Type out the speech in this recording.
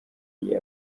iyi